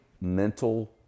mental